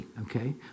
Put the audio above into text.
okay